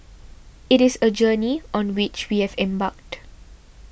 it is a journey on which we have embarked